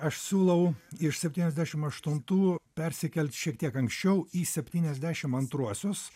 aš siūlau iš septyniasdešim aštuntų persikelt šiek tiek anksčiau į septyniasdešim antruosius